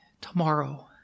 tomorrow